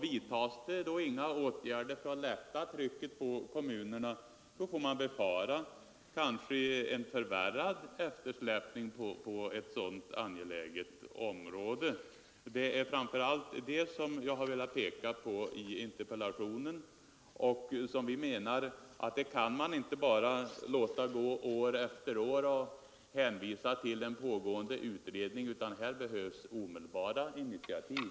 Vidtas då inga åtgärder för att lätta trycket på kommunerna, kan man befara en förvärrad eftersläpning på ett så angeläget område. Det är bl.a. detta som jag har velat peka på i interpellationen. Vi anser att man inte kan låta det fortgå på detta sätt år efter år och bara hänvisa till en pågående utredning. Här behövs omedelbara initiativ!